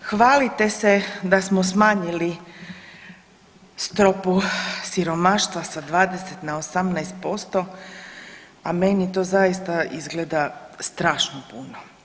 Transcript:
Hvalite se da smo smanjili stopu siromaštva sa 20 na 18%, a meni to zaista izgleda strašno puno.